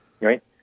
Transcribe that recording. right